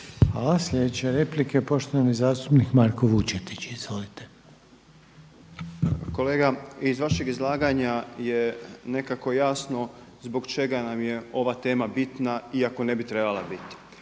Hvala. Sljedeća je replika poštovani zastupnik Marko Vučetić. Izvolite. **Vučetić, Marko (Nezavisni)** Kolega, iz vašeg izlaganja je nekako jasno zbog čega nam je ova bitna iako ne bi trebala biti.